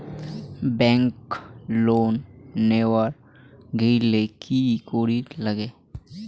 Bank loan নেওয়ার গেইলে কি করীর নাগে?